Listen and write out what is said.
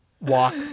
walk